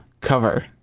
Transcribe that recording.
cover